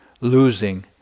losing